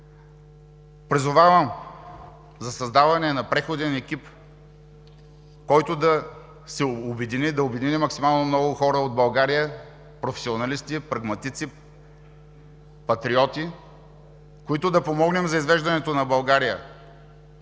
Призовавам за създаване на преходен екип, който да се обедини – да обедини максимално много хора от България, професионалисти, прагматици, патриоти, които да помогнем за извеждането на България